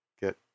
Get